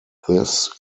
this